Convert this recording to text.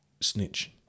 snitch